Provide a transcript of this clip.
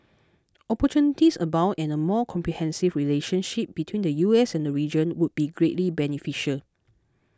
opportunities abound and a more comprehensive relationship between the U S and region would be greatly beneficial